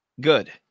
good